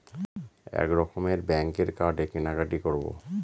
এক রকমের ব্যাঙ্কের কার্ডে কেনাকাটি করব